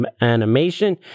animation